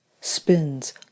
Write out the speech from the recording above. spins